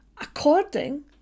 according